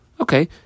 Okay